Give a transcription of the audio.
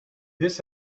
this